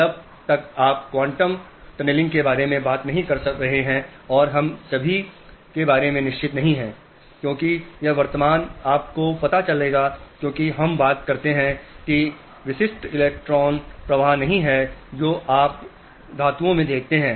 जब तक आप QUANTUM TUNNELING के बारे में बात नहीं कर रहे हैं और हम सभी के बारे में निश्चित नहीं हैं क्योंकि यह वह करंट नहीं है जोकि आपको विशिष्ट इलेक्ट्रॉन प्रवाह से प्राप्त होती है जो आप धातुओं में देखते हैं